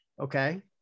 Okay